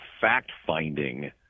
fact-finding